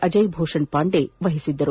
ಅಜಯ್ಭೂಷಣ್ ಪಾಂಡೆ ವಹಿಸಿದ್ದರು